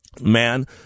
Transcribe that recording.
Man